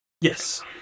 Yes